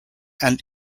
and